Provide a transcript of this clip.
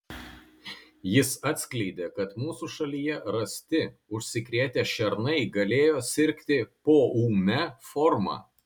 jis atskleidė kad mūsų šalyje rasti užsikrėtę šernai galėjo sirgti poūme forma